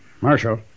Marshal